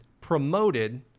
promoted